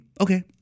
okay